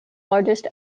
largest